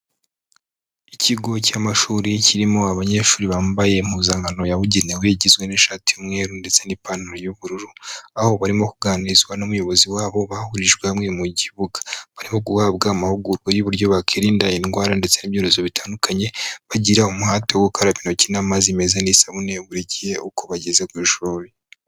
Ikigo cy'amashuri kirimo abanyeshuri bambaye impuzankano yabugenewe, igizwe n'ishati y'umweru ndetse n'ipantaro y'ubururu, aho barimo kuganirizwa n'umuyobozi wabo bahurijwe hamwe mu kibuga. Barimo guhabwa amahugurwa y'uburyo bakirinda indwara ndetse n'ibyorezo bitandukanye, bagira umuhati wo gukaraba intoki n'amazi meza n'isabun buri gihe uko bageze ku ishuri.